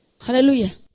Hallelujah